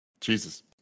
Jesus